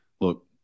look